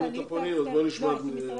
נעבור למשרדי